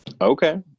okay